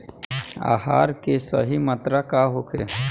आहार के सही मात्रा का होखे?